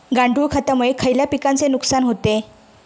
गांडूळ खतामुळे खयल्या पिकांचे नुकसान होते?